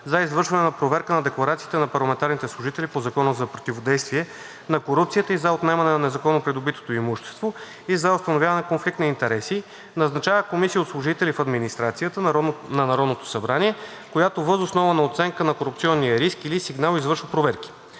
за извършване на проверка на декларациите на парламентарните служители по Закона за противодействие на корупцията и за отнемане на незаконно придобитото имущество и за установяване конфликт на интереси; назначава комисия от служители в администрацията на Народното събрание, която въз основа на оценка на корупционния риск или сигнал извършва проверки;